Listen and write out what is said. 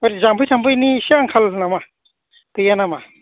ओरै जाम्फै थाम्फैनि एसे आंखाल नामा गैया नामा